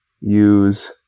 use